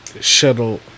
shuttle